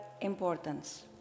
importance